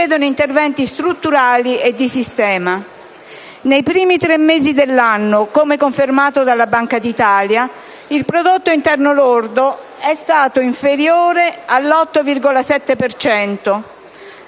richiedono interventi strutturali e di sistema. Nei primi tre mesi dell'anno - come confermato dalla Banca d'Italia - il prodotto interno lordo è stato inferiore dell'8,7